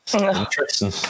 Interesting